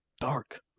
dark